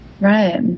right